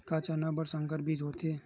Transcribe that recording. का चना बर संकर बीज होथे?